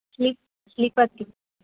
sleep స్లీపర్కి